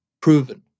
proven